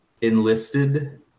enlisted